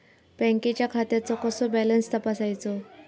बँकेच्या खात्याचो कसो बॅलन्स तपासायचो?